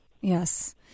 Yes